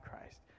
Christ